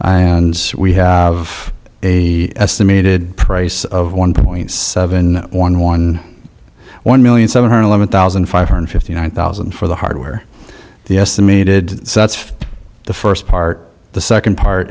and we have a estimated price of one point seven one one one million seven hundred eleven thousand five hundred fifty nine thousand for the hardware the estimated sets the first part the second part